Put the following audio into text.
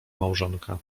małżonka